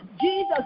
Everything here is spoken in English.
Jesus